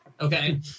Okay